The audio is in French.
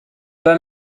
pas